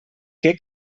què